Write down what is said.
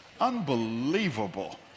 Unbelievable